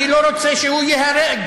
אני לא רוצה שהוא ייהרג,